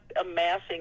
amassing